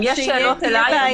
אם יש שאלות אליי,